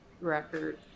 record